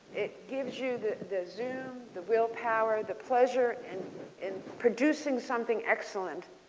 it gives you the the zoom, the will power, the pleasure in in produce ing something excellent.